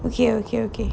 okay okay okay